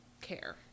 care